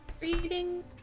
reading